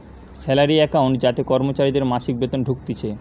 salary account যাতে কর্মচারীদের মাসিক বেতন ঢুকতিছে